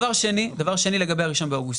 דבר שני, לגבי ה-1 באוגוסט.